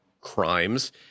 crimes